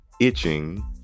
itching